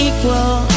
Equal